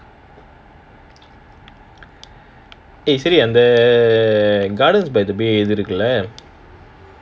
eh சரி அந்த:sari andha and the gardens by the bay இது இருக்குல்ல:idhu irukkula